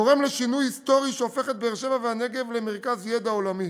גורם לשינוי היסטורי שהופך את באר-שבע והנגב למרכז ידע עולמי.